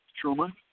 Truman